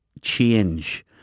change